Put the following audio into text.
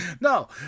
No